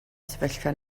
sefyllfa